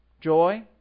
joy